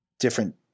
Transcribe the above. different